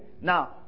Now